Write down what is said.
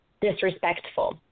disrespectful